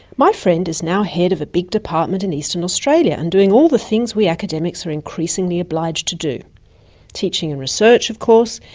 my friend is now head of a big department in eastern australia and doing all the things we academics are increasingly obliged to do teaching and research of course,